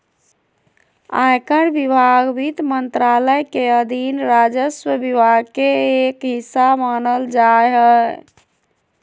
आयकर विभाग वित्त मंत्रालय के अधीन राजस्व विभाग के एक हिस्सा मानल जा हय